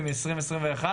הם מ-2021?